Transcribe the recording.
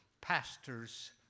Pastors